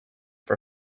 for